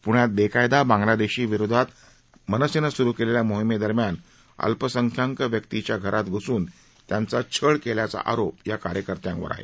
प्ण्यात बेकायदा बांगलादेशी विरोधात मनसेनं सुरु केलेल्या मोहिमेदरम्यान अल्पसंख्याक व्यक्तीच्या घरात घ्सून त्याचा छळ केल्याचा आरोप या कार्यकर्त्यांवर आहे